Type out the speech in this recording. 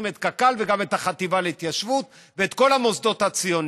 את קק"ל וגם את החטיבה להתיישבות ואת כל המוסדות הציוניים.